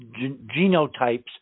genotypes